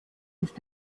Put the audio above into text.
ist